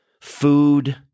food